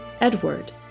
Edward